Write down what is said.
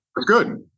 Good